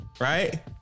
right